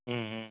ம் ம்